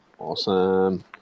Awesome